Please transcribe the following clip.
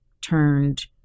turned